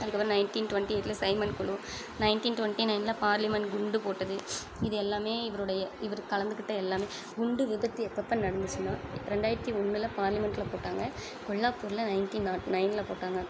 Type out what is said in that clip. அதுக்கப்புறம் nineteen twenty எயிட்ல Simon குழு நைன்ட்டீன் டொண்ட்டி நைன்ல பார்லிமண்ட் குண்டு போட்டது இது எல்லாமே இவருடைய இவர் கலந்துக்கிட்ட எல்லாமே குண்டு விபத்து எப்பப்போ நடந்துச்சுன்னால் ரெண்டாயிரத்தி ஒன்றுல பார்லிமெண்ட்ல போட்டாங்கள் கொல்லாப்பூர்ல நைன்ட்டீன் நாட் நைன்ல போட்டாங்கள்